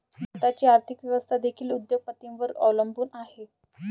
भारताची आर्थिक व्यवस्था देखील उद्योग पतींवर अवलंबून आहे